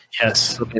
Yes